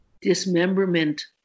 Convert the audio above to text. dismemberment